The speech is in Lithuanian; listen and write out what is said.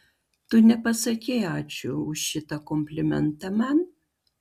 tu nepasakei ačiū už šitą komplimentą man